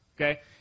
okay